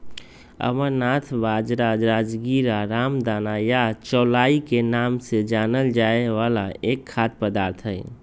amaranth बाजरा, राजगीरा, रामदाना या चौलाई के नाम से जानल जाय वाला एक खाद्य पदार्थ हई